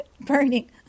Burning